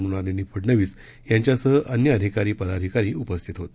मृणालिनी फडणवीस यांच्यासह अन्य अधिकारी पदाधिकारी उपस्थित होते